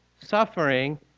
suffering